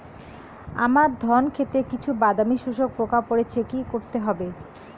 আমার ধন খেতে কিছু বাদামী শোষক পোকা পড়েছে কি করতে হবে?